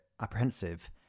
apprehensive